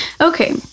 Okay